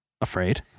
afraid